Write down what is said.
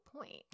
point